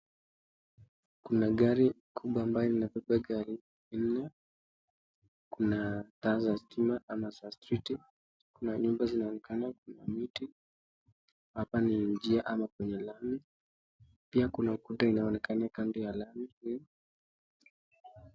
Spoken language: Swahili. Kuna gari kubwa ambaye imebeba gari nne kuna taa za stima , kuna nyumba inaonekana hapa ni njia au penye lami, pia kuna ukuta inayo onekana ya lami.